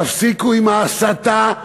תפסיקו עם ההסטה,